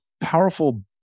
powerful